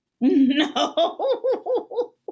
No